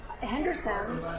Henderson